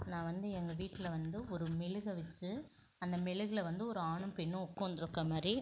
நான் வந்து எங்கள் வீட்டில் வந்து ஒரு மெழுக வச்சு அந்த மெழுகுல வந்து ஒரு ஆணும் பெண்ணும் உட்காந்துருக்க மாதிரி